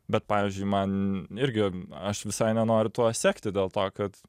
bet pavyzdžiui man irgi aš visai nenoriu tuo sekti dėl to kad